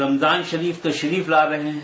रमजान शरीफ तशरीफ ला रहे हैं